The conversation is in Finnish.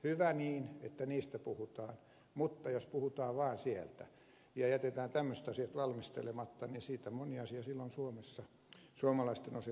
hyvä niin että niistä puhutaan mutta jos puhutaan vain niistä ja jätetään tämmöiset asiat valmistelematta siitä moni asia silloin suomessa suomalaisten osalta kärsii